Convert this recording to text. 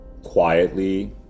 Quietly